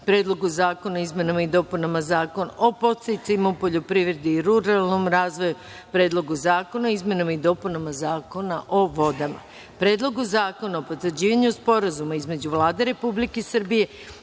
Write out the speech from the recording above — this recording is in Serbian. Predlogu zakona o potvrđivanju Sporazuma između Vlade Republike Srbije